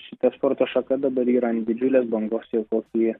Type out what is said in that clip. šita sporto šaka dabar yra ant didžiulės bangos jau kokį